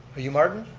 are you martin?